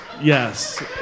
Yes